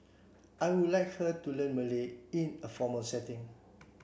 I would like her to learn Malay in a formal setting